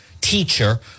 teacher